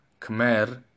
Khmer